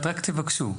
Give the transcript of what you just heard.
תבקשו,